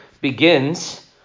Begins